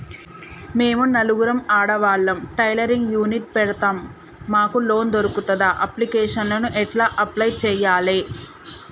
మేము నలుగురం ఆడవాళ్ళం టైలరింగ్ యూనిట్ పెడతం మాకు లోన్ దొర్కుతదా? అప్లికేషన్లను ఎట్ల అప్లయ్ చేయాలే?